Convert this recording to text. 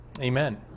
Amen